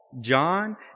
John